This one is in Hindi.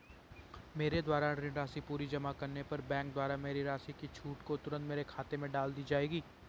मेरे द्वारा ऋण राशि पूरी जमा करने पर बैंक द्वारा मेरी राशि की छूट को तुरन्त मेरे खाते में डाल दी जायेगी?